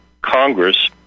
Congress